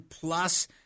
plus